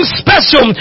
special